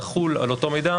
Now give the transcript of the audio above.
תחול על אותו מידע,